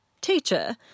Teacher